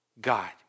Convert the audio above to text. God